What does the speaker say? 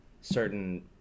certain